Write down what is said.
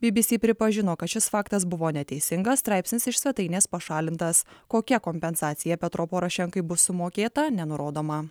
by by si pripažino kad šis faktas buvo neteisingas straipsnis iš svetainės pašalintas kokia kompensacija petro porošenkai bus sumokėta nenurodoma